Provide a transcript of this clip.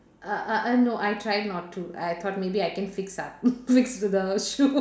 uh uh uh no I tried not to I thought maybe I can fix up fix the shoe